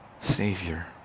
Savior